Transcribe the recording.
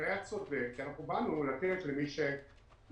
זה היה צודק כי אנחנו באנו לתת למי שבאמת